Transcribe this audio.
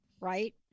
right